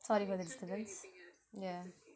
sorry for the disturbance yeah